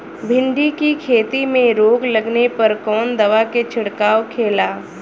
भिंडी की खेती में रोग लगने पर कौन दवा के छिड़काव खेला?